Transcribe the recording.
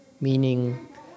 meaning